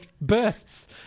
bursts